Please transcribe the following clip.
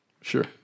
Sure